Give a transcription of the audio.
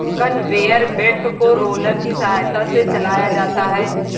conveyor belt को roller की सहायता से चलाया जाता है